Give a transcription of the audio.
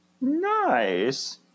Nice